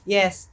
Yes